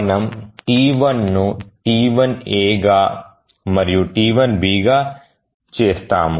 మనము T1 ను T1 a మరియు T1 b గా చేస్తాము